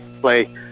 play